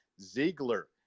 Ziegler